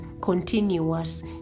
continuous